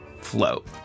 float